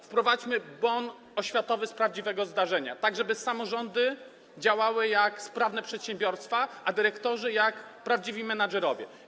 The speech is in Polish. Wprowadźmy bon oświatowy z prawdziwego zdarzenia, tak żeby samorządy działały jak sprawne przedsiębiorstwa, a dyrektorzy - jak prawdziwi menedżerowie.